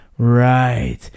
Right